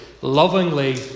lovingly